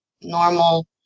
normal